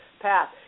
path